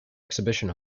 exhibition